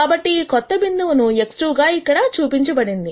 కాబట్టి ఈ కొత్త బిందువు ను x2 గా ఇక్కడ చూపించబడింది